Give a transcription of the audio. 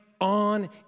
on